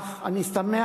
אך אני שמח